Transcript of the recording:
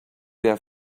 their